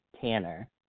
Tanner